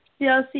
CLC